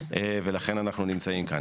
ולכן אנחנו נמצאים כאן.